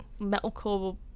metalcore